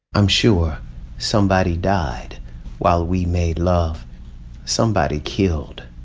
i'm sure somebody died while we made love somebody killed,